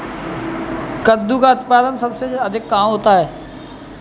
कद्दू का उत्पादन सबसे अधिक कहाँ होता है?